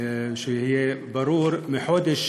שיהיה ברור, בחודש